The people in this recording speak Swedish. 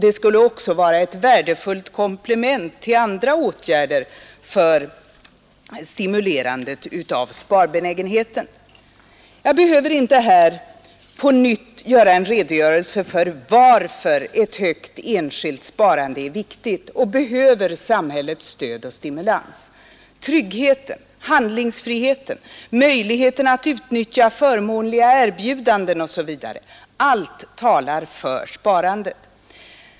Det skulle också vara ett värdefullt komplement till andra åtgärder för att stimulera sparbenägenheten. Jag behöver inte här på nytt lämna en redogörelse för varför ett högt enskilt sparande är viktigt och behöver samhällets stöd och stimulans. Tryggheten, handlingsfriheten, möjligheten att utnyttja förmånliga erbjudanden etc — allt talar för sparande.